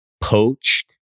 poached